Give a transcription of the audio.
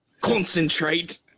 concentrate